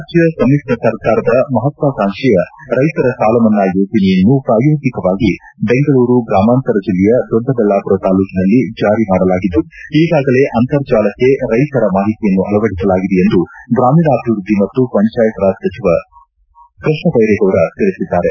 ರಾಜ್ಣ ಸಮಿತ್ರ ಸರ್ಕಾರದ ಮಹತ್ವಾಕಾಂಕ್ಷೆಯ ರೈತರ ಸಾಲಮನ್ನಾ ಯೋಜನೆಯನ್ನು ಪ್ರಾಯೋಗಿಕವಾಗಿ ಬೆಂಗಳೂರು ಗ್ರಾಮಾಂತರ ಜೆಲ್ಲೆಯ ದೊಡ್ಡಬಳ್ಳಾಪುರ ತಾಲ್ಲೂಕಿನಲ್ಲಿ ಜಾರಿ ಮಾಡಲಾಗಿದ್ದು ಈಗಾಗಲೇ ಅಂತರ್ಜಾಲಕ್ಕೆ ರೈತರ ಮಾಹಿತಿಯನ್ನು ಅಳವಡಿಸಲಾಗಿದೆ ಎಂದು ಗ್ರಾಮೀಣಾಭಿವೃದ್ದಿ ಮತ್ತು ಪಂಚಾಯತ್ ರಾಜ್ ಸಚಿವ ಕೃಷ್ಣದ್ವೆರೇಗೌಡ ತಿಳಿಸಿದ್ದಾರೆ